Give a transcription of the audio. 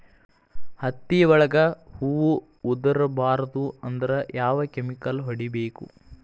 ಹತ್ತಿ ಒಳಗ ಹೂವು ಉದುರ್ ಬಾರದು ಅಂದ್ರ ಯಾವ ಕೆಮಿಕಲ್ ಹೊಡಿಬೇಕು?